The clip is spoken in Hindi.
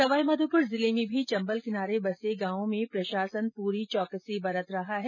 सवाई माधोपुर जिले में भी चम्बल किनारे बसे गांवों में प्रशासन पूरी चौकसी बरत रहा है